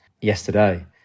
yesterday